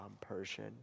Persian